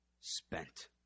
spent